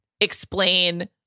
explain